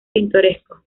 pintorescos